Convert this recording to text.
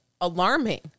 alarming